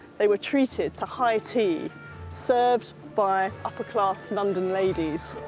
they were treated to high tea served by upper-class london ladies.